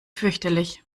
fürchterlich